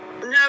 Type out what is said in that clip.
no